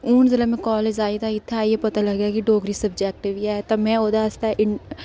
हू'न जेल्लै में कॉलेज आई इत्थें आई तां पता लग्गेआ डोगरी सब्जैक्ट बी ऐ तां में ओह्दे आस्तै